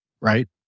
Right